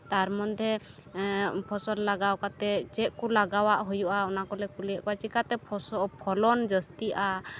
ᱛᱟᱨ ᱢᱚᱫᱽᱫᱷᱮ ᱯᱷᱚᱥᱚᱞ ᱞᱟᱜᱟᱣ ᱠᱟᱛᱮᱫ ᱪᱮᱫᱠᱚ ᱞᱟᱜᱟᱣᱟᱜ ᱦᱩᱭᱩᱜᱼᱟ ᱚᱱᱟ ᱠᱚᱞᱮ ᱠᱩᱞᱤᱭᱮᱫ ᱠᱚᱣᱟ ᱪᱤᱠᱟᱹᱛᱮ ᱯᱷᱚᱞᱚᱱ ᱡᱟᱹᱥᱛᱤᱜᱼᱟ